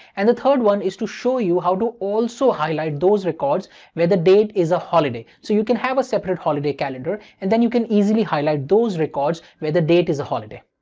and the third one is to show you how to also highlight those records where the date is a holiday. so you can have a separate holiday calendar and then you can easily highlight those records where the date is a holiday.